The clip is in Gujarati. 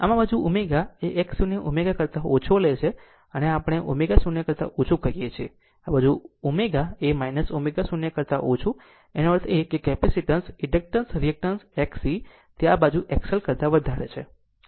આમ આ બાજુ ω એ X 0 ω કરતા ઓછો લે તો જેને આપણે અહીં ω0 કરતા ઓછું કહીએ છીએ આ બાજુ ω એ ω0 કરતા ઓછો તેનો અર્થ એ કે કેપેસિટીન્સ ઇન્ડક્ટન્સ રિએક્ટેન્સ XC તે આ બાજુ XL કરતા વધારે છે